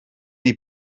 neu